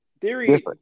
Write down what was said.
Theory